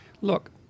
Look